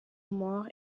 mort